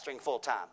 full-time